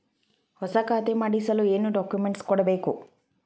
ಹೊಸ ಖಾತೆ ಮಾಡಿಸಲು ಏನು ಡಾಕುಮೆಂಟ್ಸ್ ಕೊಡಬೇಕು?